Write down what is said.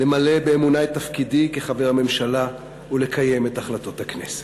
למלא באמונה את תפקידי כחבר הממשלה ולקיים את החלטות הכנסת.